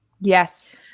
Yes